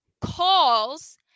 calls